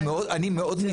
אני מאוד.